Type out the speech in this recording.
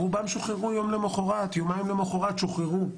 רובם שוחררו יום למחרת, יומיים למחרת שוחררו.